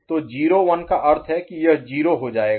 तो 0 1 का अर्थ है कि यह 0 हो जाएगा